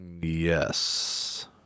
Yes